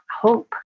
hope